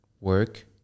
work